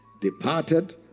Departed